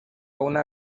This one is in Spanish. una